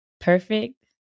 Perfect